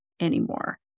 anymore